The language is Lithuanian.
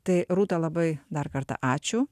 tai rūta labai dar kartą ačiū